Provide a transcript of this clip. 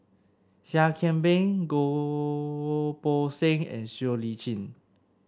Seah Kian Peng Goh Poh Seng and Siow Lee Chin